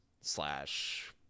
slash